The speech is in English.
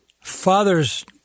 Fathers